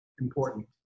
important